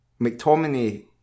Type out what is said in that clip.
McTominay